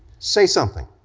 say something,